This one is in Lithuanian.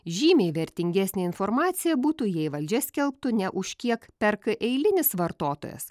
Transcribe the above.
žymiai vertingesnė informacija būtų jei valdžia skelbtų ne už kiek perka eilinis vartotojas